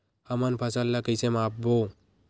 हमन फसल ला कइसे माप बो?